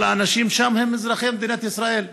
אבל האנשים שם הם אזרחי מדינת ישראל,